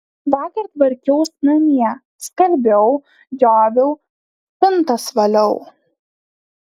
vakar tvarkiaus namie skalbiau džioviau spintas valiau